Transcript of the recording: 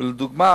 ולדוגמה,